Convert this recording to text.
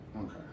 okay